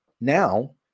Now